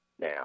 now